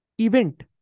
event